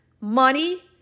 money